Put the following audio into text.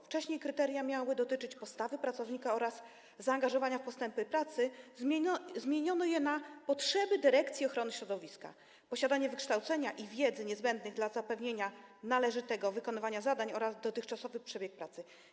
Wcześniej kryteria miały dotyczyć postawy pracownika oraz zaangażowania w postępy w pracy, zmieniono je na potrzeby Dyrekcji Ochrony Środowiska, chodzi o posiadanie wykształcenia i wiedzy niezbędnej do zapewnienia należytego wykonywania zadań oraz dotychczasowy przebieg pracy.